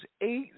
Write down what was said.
eight